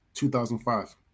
2005